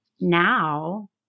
now